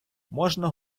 можна